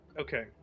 okay